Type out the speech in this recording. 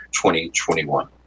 2021